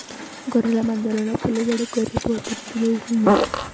గొర్రెల మందలోన పులిబడి గొర్రి పోతుని తినేసింది